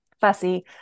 fussy